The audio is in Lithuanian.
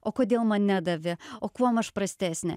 o kodėl man nedavė o kuom aš prastesnė